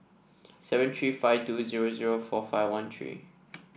seven three five two zero zero four five one three